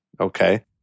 okay